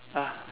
ah